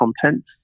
content